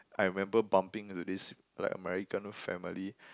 I remember bumping into this like American family